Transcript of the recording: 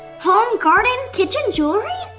home, garden, kitchen, jewelry.